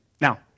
Now